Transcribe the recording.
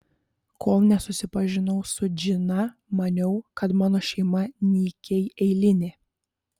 kol nesusipažinau su džina maniau kad mano šeima nykiai eilinė